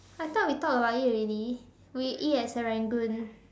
I thought we talked about it already we eat at Serangoon